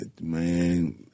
Man